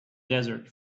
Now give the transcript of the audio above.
desert